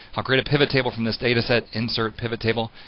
i'll create a pivot table from this data, set insert pivot table,